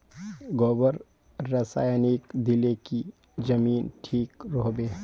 गोबर रासायनिक दिले की जमीन ठिक रोहबे?